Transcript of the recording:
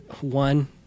one